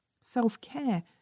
self-care